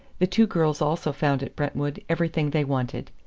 the two girls also found at brentwood everything they wanted.